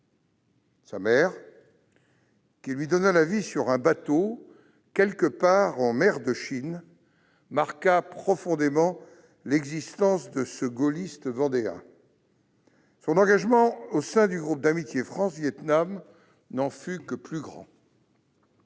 Sa mère, qui lui donna la vie sur un bateau, quelque part en mer de Chine, marqua profondément l'existence de ce gaulliste vendéen. Son engagement au sein du groupe d'amitié France-Vietnam n'en fut que plus grand.